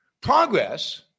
Progress